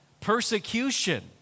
Persecution